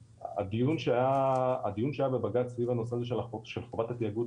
הדיון שהיה בבג"ץ סביב הנושא הזה של חובת התאגוד